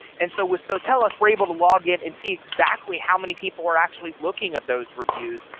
and so was sotellus we're able to log in and see exactly how many people were actually looking at those reviews.